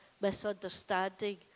misunderstanding